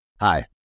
Hi